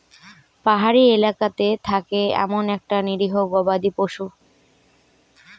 পাহাড়ি এলাকাতে থাকে এমন একটা নিরীহ গবাদি পশু